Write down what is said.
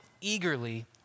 eagerly